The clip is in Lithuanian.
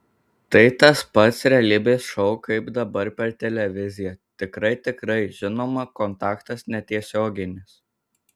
tai tas pat realybės šou kaip dabar per televiziją tikrai tikrai žinoma kontaktas netiesioginis